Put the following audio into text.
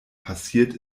passiert